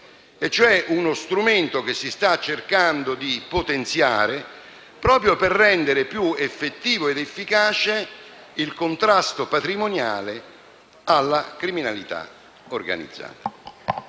Uno strumento, cioè, che si sta cercando di potenziare proprio per rendere più effettivo ed efficace il contrasto patrimoniale alla criminalità organizzata.